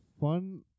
fun